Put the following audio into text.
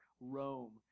Rome